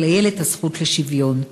ולילד הזכות לשוויון.